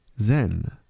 Zen